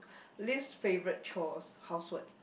least favourite chores housework